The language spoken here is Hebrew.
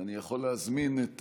אני יכול להזמין את